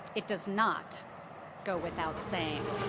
it does not go without saying.